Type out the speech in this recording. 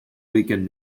weekend